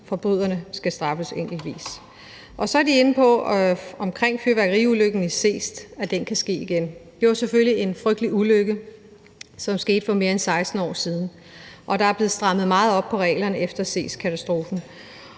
forbryderne skal straffes enkeltvis. Så er de inde på, at fyrværkeriulykken i Seest kan ske igen. Det var selvfølgelig en frygtelig ulykke, som skete for mere end 16 år siden, og der er blevet strammet meget op på reglerne efter katastrofen